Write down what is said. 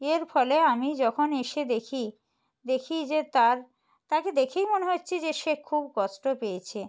এর ফলে আমি যখন এসে দেখি দেখি যে তার তাকে দেখেই মনে হচ্ছে যে সে খুব কষ্ট পেয়েছে